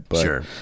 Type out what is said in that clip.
Sure